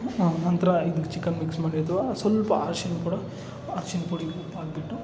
ನಂತರ ಇದಕ್ಕೆ chicken mix ಮಾಡಿ ಇದು ಸ್ವಲ್ಪ ಅರಶಿಣ ಕೂಡ ಅರಶಿಣ ಪುಡಿನು ಹಾಕಿಬಿಟ್ಟು